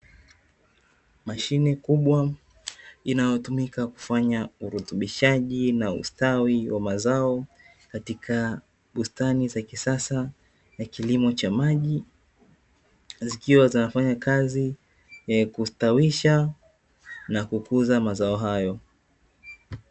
Mashine kubwa inayotumika kufanya urutubishaji na ustawi wa mazao katika bustani za kisasa, na kilimo cha maji zikiwa zinafanya kazi kustawisha na kukuza mazao hayo.